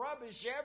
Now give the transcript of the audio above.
rubbish